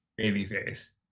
babyface